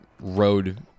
road